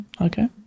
okay